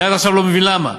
אני עד עכשיו לא מבין למה.